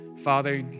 Father